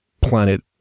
planet